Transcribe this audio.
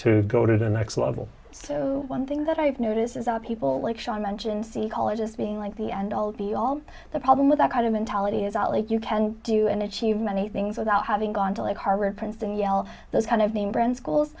to go to the next level so one thing that i've noticed is are people like shawn mentioned see colleges being like the end all be all the problem with that kind of mentality is all you can do and achieve many things without having gone to like harvard princeton yell those kind of name brand schools